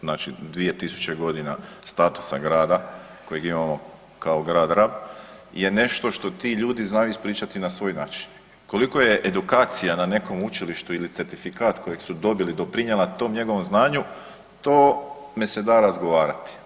Znači 2000 godina statusa grada kojeg imamo kao grad Rab je nešto što ti ljudi znaju ispričati na svoj način, koliko je edukacija na nekom učilištu ili certifikat kojeg su dobili doprinijela tom njegovom znanju o tome se da razgovarati.